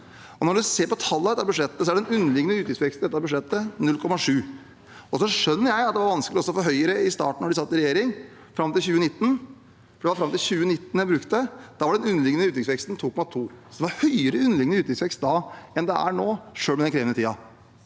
Når man ser på tallene i dette budsjettet, er den underliggende utgiftsveksten i dette budsjettet på 0,7 pst. Jeg skjønner at det var vanskelig også for Høyre i starten da de satt i regjering, fram til 2019 – for det var fram til 2019 jeg brukte. Da var den underliggende utgiftsveksten på 2,2 pst. Det var høyere underliggende utgiftsvekst da enn det er nå, selv med denne krevende tiden.